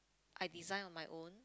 I design on my own